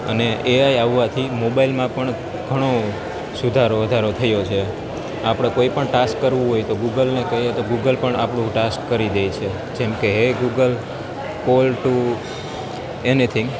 અને એઆઈ આવવાથી મોબાઈલમાં પણ ઘણો સુધારો વધારો થયો છે આપણો કોઈપણ ટાસ્ક કરવું હોય તો ગૂગલને કહીએ તો ગૂગલ પણ આપણો ટાસ્ક કરી દે છે જેમ કે hey Google call to anything